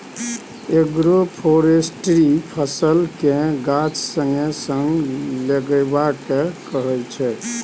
agroforestry फसल आ गाछ संगे संग लगेबा केँ कहय छै